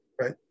right